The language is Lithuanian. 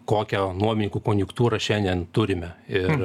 kokią nuomininkų konjunktūrą šiandien turime ir